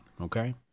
okay